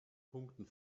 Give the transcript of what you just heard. punkten